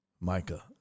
Micah